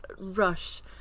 rush